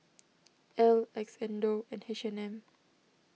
Elle Xndo and H and M